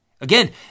again